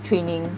training